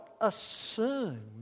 assume